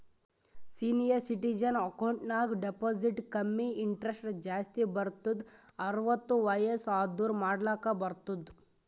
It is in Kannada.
ಸೀನಿಯರ್ ಸಿಟಿಜನ್ ಅಕೌಂಟ್ ನಾಗ್ ಡೆಪೋಸಿಟ್ ಕಮ್ಮಿ ಇಂಟ್ರೆಸ್ಟ್ ಜಾಸ್ತಿ ಬರ್ತುದ್ ಅರ್ವತ್ತ್ ವಯಸ್ಸ್ ಆದೂರ್ ಮಾಡ್ಲಾಕ ಬರ್ತುದ್